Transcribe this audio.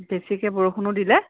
বেছিকৈ বৰষুণো দিলে